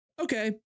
Okay